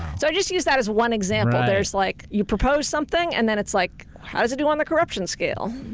so i just use that as one example. there's like you propose something and then it's like how does it do on the corruption scale?